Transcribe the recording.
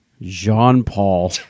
Jean-Paul